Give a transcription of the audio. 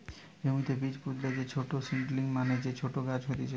জমিতে বীজ পুতলে যে ছোট সীডলিং মানে যে ছোট গাছ হতিছে